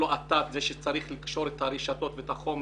האטב שצריך לקשור בו את הרשתות והחומר